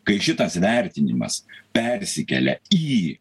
kai šitas vertinimas persikelia į